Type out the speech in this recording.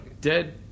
Dead